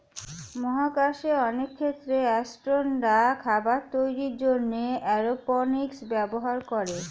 মহাকাশে অনেক ক্ষেত্রে অ্যাসট্রোনটরা খাবার তৈরির জন্যে এরওপনিক্স ব্যবহার করে